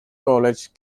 college